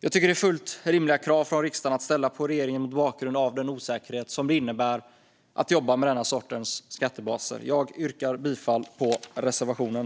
Jag tycker att det är fullt rimliga krav från riksdagen att ställa på regeringen mot bakgrund av den osäkerhet som det innebär att jobba med den här sortens skattebaser. Jag yrkar bifall till reservationen.